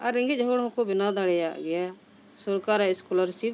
ᱟᱨ ᱨᱮᱸᱜᱮᱡ ᱦᱚᱲ ᱦᱚᱸᱠᱚ ᱵᱮᱱᱟᱣ ᱫᱟᱲᱮᱭᱟᱜ ᱜᱮᱭᱟ ᱥᱚᱨᱠᱟᱨᱟᱜ ᱮᱥᱠᱚᱞᱟᱨᱥᱤᱯ